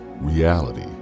reality